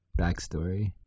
backstory